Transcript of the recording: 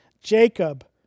Jacob